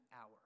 hour